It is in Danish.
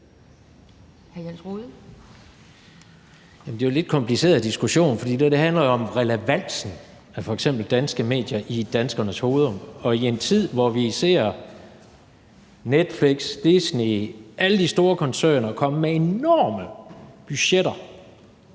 det er jo en lidt kompliceret diskussion, for det her handler jo om relevansen af f.eks. danske medier i danskernes hoveder, og i en tid, hvor vi ser Netflix, Disney og alle de store koncerner komme med enorme budgetter